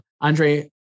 Andre